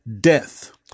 death